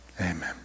Amen